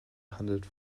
handelt